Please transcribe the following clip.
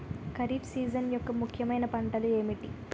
Kharif season యెక్క ముఖ్యమైన పంటలు ఏమిటీ?